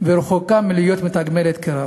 ורחוקה מלהיות מתגמלת כראוי.